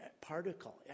particle